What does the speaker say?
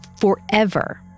forever